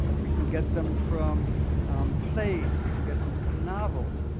we can get them from plays, we can get them from novels,